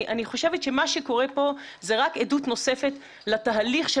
אני חושבת שמה שקורה פה זה רק עדות נוספת לתהליך של